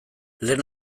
lehen